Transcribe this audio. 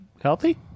healthy